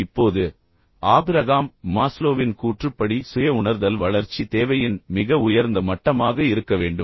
இப்போது ஆபிரகாம் மாஸ்லோவின் கூற்றுப்படி சுய உணர்தல் வளர்ச்சி தேவையின் மிக உயர்ந்த மட்டமாக இருக்க வேண்டும்